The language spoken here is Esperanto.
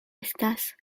estas